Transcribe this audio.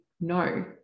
no